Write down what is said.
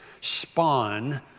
spawn